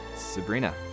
Sabrina